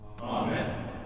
Amen